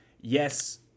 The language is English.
yes